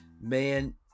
man